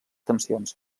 tensions